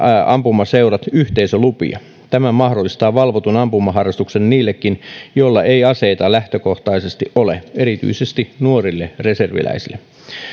ampumaseurat yhteisölupia tämä mahdollistaa valvotun ampumaharrastuksen niillekin joilla ei aseita lähtökohtaisesti ole erityisesti nuorille reserviläisille